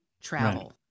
travel